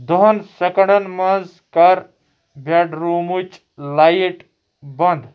دہَن سیٚکنٛڈن منٛز کر بیڈ روٗمٟچ لایٹ بنٛد